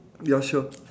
ya sure